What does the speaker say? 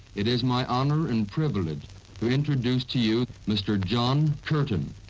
it is my honour and privilege to introduce to you mr john curtin.